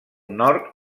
nord